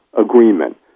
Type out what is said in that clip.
agreement